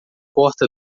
porta